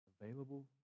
available